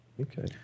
Okay